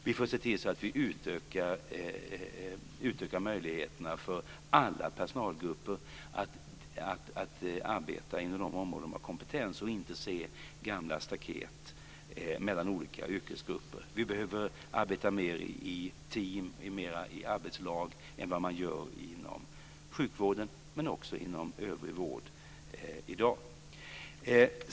Vi får se till att vi utökar möjligheterna för alla personalgrupper att arbeta inom de områden där de har kompetens och inte se gamla staket mellan olika yrkesgrupper. Vi behöver arbeta mer i team och arbetslag än vad vi gör inom sjukvården och övrig vård i dag.